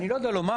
אני לא יודע לומר,